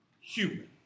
human